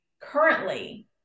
currently